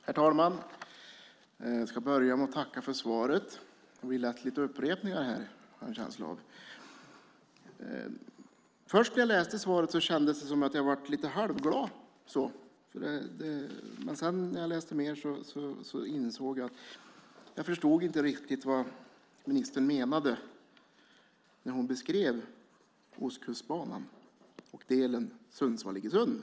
Herr talman! Jag ska börja med att tacka för svaret. Jag har en känsla av att det blir lite upprepningar här. När jag först läste svaret blev jag lite halvglad, men när jag läste vidare insåg jag att jag inte riktigt förstod vad ministern menade när hon beskrev Ostkustbanan och sträckan Sundsvall-Iggesund.